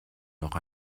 noch